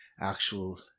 actual